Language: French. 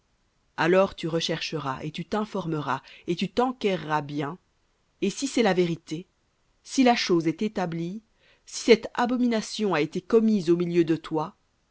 alors tu rechercheras et tu t'informeras et tu t'enquerras bien et si c'est la vérité si la chose est établie si cette abomination a été commise au milieu de toi